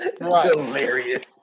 Hilarious